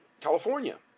california